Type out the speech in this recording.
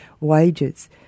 wages